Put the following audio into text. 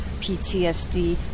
PTSD